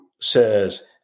says